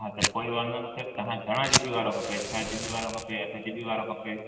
हा त कोई वांदो न थिए तव्हां खे घणा जी बी वारो खपे छह जी बी वारो खपे अठ जी बी वारो खपे